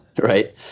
Right